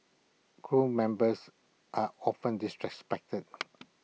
crew members are often disrespected